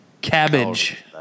Cabbage